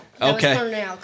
Okay